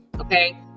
Okay